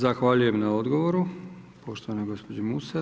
Zahvaljujem na odgovoru poštovanoj gospođi Musa.